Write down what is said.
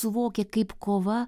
suvokė kaip kova